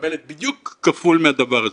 שמקבלת בדיוק כפול מהדבר הזה.